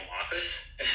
office